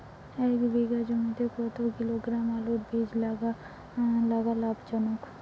এক বিঘা জমিতে কতো কিলোগ্রাম আলুর বীজ লাগা লাভজনক?